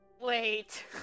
Wait